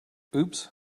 oops